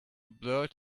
blurt